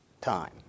time